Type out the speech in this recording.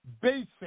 basic